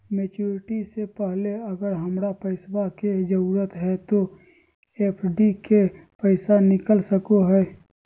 Maturity से पहले अगर हमरा पैसा के जरूरत है तो एफडी के पैसा निकल सको है?